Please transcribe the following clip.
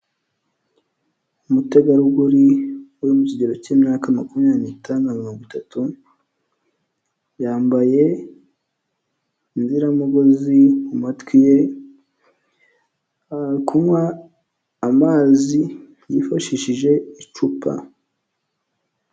Umutegarugori wo mu kigero cy'imyaka makumyabiri n'itanu na mirongo itatu yambaye inziramugozi matwi ari kunywa amazi yifashishije icupa.